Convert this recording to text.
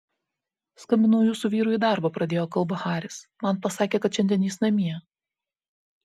skambinau jūsų vyrui į darbą pradėjo kalbą haris man pasakė kad šiandien jis namie